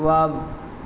wow